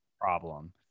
problem